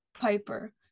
Piper